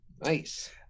Nice